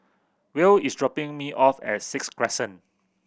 Will is dropping me off at Sixth Crescent